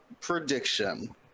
Prediction